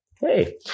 Hey